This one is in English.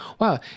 wow